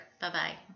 Bye-bye